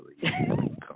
Come